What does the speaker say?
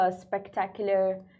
spectacular